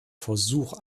versuch